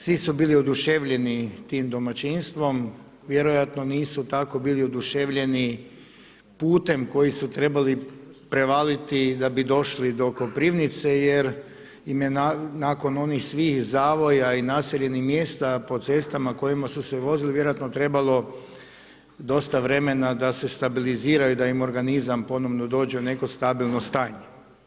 Svi su bili oduševljeni tim domaćinstvom, vjerojatno nisu tako bili oduševljeni putem koji su trebali prevaliti da bi došli do Koprivnice jer im je nakon onih svih zavoja i naseljenih mjesta po cestama kojima su se vozili vjerojatno trebalo dosta vremena da se stabilizira i da im organizam ponovno dođe u neko stabilno stanje.